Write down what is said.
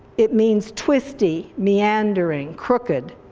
it means twisty, meandering, crooked.